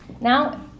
Now